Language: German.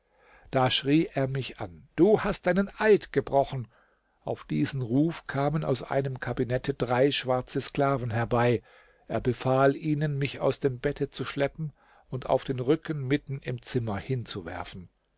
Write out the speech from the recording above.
da schrie er mich an du hast deinen eid gebrochen auf diesen ruf kamen aus einem kabinette drei schwarze sklaven herbei er befahl ihnen mich aus dem bette zu schleppen und auf den rücken mitten im zimmer hinzuwerfen